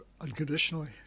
unconditionally